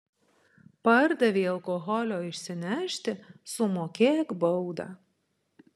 pardavei alkoholio išsinešti sumokėk baudą